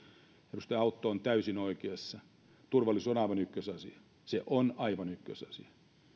edustaja autto on täysin oikeassa turvallisuus on aivan ykkösasia se on aivan ykkösasia